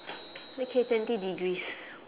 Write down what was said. okay twenty degrees